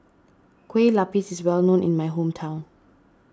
Kueh Lapis is well known in my hometown